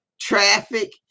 Traffic